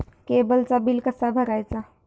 केबलचा बिल कसा भरायचा?